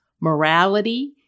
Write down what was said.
morality